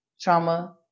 trauma